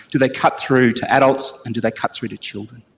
do they cut through to adults and do they cut through to children?